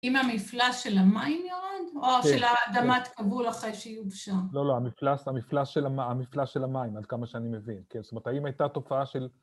‫האם המפלס של המים ירד? ‫או של האדמת קבול אחרי שיובשה? ‫לא, לא, המפלס של המים, ‫עד כמה שאני מבין, כן. ‫זאת אומרת, האם הייתה תופעה של...